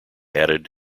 added